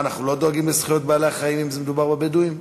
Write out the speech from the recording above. הצעות לסדר-היום מס'